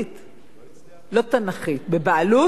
לא תנ"כית, בבעלות אנכית.